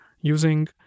using